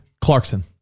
Clarkson